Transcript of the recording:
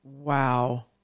Wow